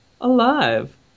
alive